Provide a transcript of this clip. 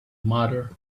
mother